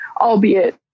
albeit